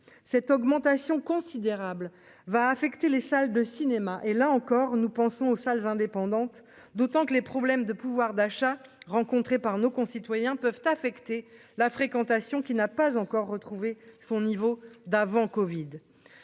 cette augmentation considérable va affecter les salles de cinéma, et là encore nous pensons aux salles indépendantes, d'autant que les problèmes de pouvoir d'achat rencontrées par nos concitoyens peuvent affecter la fréquentation qui n'a pas encore retrouvé son niveau d'avant-Covid